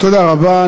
תודה רבה.